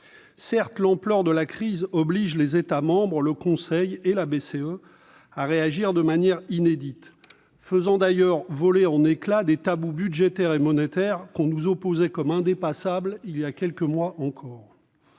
Certes, l'ampleur de la crise oblige les États membres, le Conseil et la Banque centrale européenne à réagir de manière inédite, faisant d'ailleurs voler en éclats des tabous budgétaires et monétaires qu'on nous disait indépassables il y a quelques mois encore.